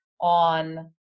on